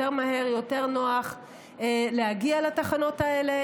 יותר מהר ויותר נוח להגיע לתחנות האלה.